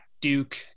Duke